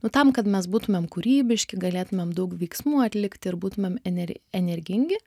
nu tam kad mes būtumėm kūrybiški galėtumėm daug veiksmų atlikti ir būtumėm ener energingi